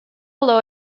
low